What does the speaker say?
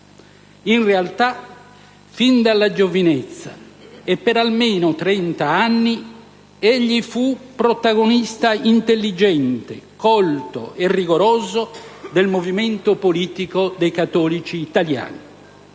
In realtà, fin dalla giovinezza, e per almeno 30 anni, egli fu protagonista intelligente, colto e rigoroso del movimento politico dei cattolici italiani.